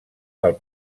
del